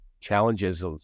challenges